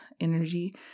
energy